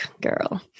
girl